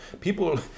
People